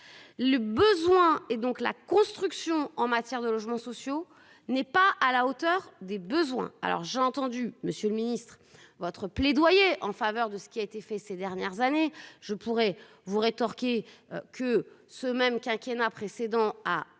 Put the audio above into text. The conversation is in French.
Le besoin et donc la construction en matière de logements sociaux n'est pas à la hauteur des besoins. Alors j'ai entendu Monsieur le Ministre votre plaidoyer en faveur de ce qui a été fait ces dernières années. Je pourrais vous rétorquer que ce même quinquennat précédent à